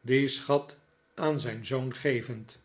dien schat aan zijn zoon gevend